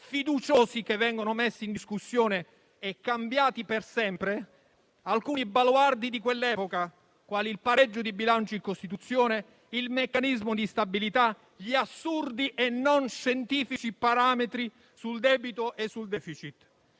fiduciosi che vengano messi in discussione e cambiati per sempre alcuni baluardi di quell'epoca, quali il pareggio di bilancio in Costituzione, il meccanismo di stabilità, gli assurdi e non scientifici parametri sul debito e sul *deficit*.